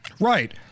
Right